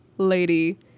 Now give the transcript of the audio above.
lady